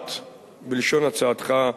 המוצעת בלשון הצעתך,